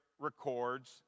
records